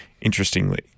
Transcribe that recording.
interestingly